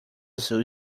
azul